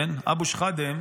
אבו שחאדה,